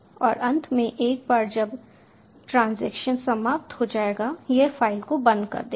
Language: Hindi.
और अंत में एक बार जब ट्रांजैक्शन समाप्त हो जाएगा यह फ़ाइल को बंद कर देगा